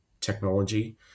technology